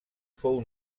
fou